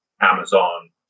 Amazon